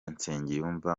nsengiyumva